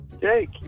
Jake